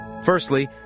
Firstly